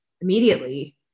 immediately